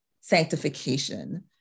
sanctification